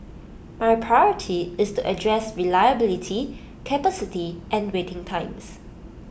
my priority is to address reliability capacity and waiting times